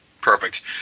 Perfect